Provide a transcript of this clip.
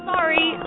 Sorry